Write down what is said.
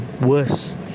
worse